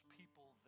people